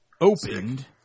opened